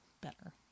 better